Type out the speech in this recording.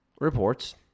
reports